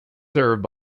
served